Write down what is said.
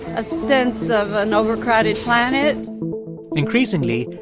a sense of an overcrowded planet increasingly,